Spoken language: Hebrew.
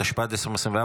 התשפ"ד 2024,